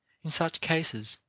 in such cases,